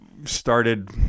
started